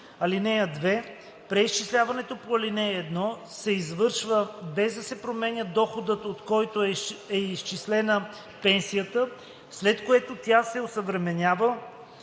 ал. 1. (2) Преизчисляването по ал. 1 се извършва, без да се променя доходът, от който е изчислена пенсията, след което тя се осъвременява,